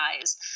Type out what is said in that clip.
eyes